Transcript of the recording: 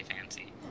fancy